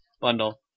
bundle